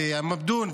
אמבדון,